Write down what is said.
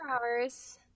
hours